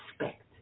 respect